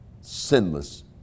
sinless